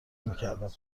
میکردم